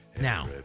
Now